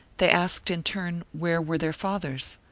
they asked in turn where were their fathers.